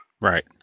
Right